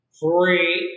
three